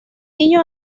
niño